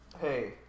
Hey